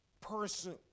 person